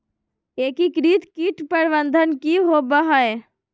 एकीकृत कीट प्रबंधन की होवय हैय?